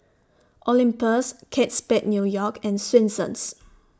Olympus Kate Spade New York and Swensens